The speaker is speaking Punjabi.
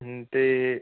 ਹੂੰ ਤੇ